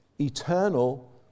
eternal